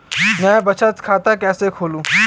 मैं बचत खाता कैसे खोलूँ?